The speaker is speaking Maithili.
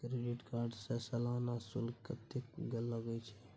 डेबिट कार्ड के सालाना शुल्क कत्ते लगे छै?